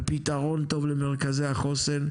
על פתרון טוב למרכזי החוסן.